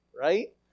right